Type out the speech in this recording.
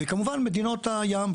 וכמובן מדינות הים,